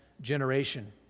generation